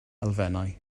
elfennau